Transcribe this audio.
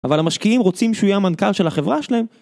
אבל המשקיעים רוצים שהוא יהיה המנכ״ל של החברה שלהם.